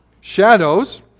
shadows